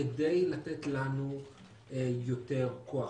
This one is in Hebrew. כדי לתת לנו יותר כוח.